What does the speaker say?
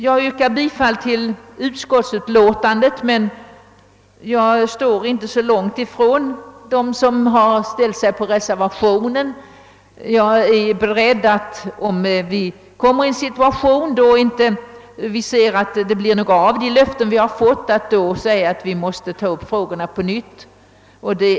Jag yrkar bifall till utskottsmajoritetens hemställan, men jag står inte så långt från dem som stöder reservationen. Jag är beredd att — om vi kommer i en situation då vi ser att de löften vi fått inte infrias — verka för att dessa frågor tas upp på nytt.